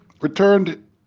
returned